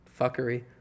fuckery